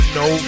no